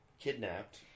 Kidnapped